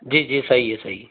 जी जी सही है सही है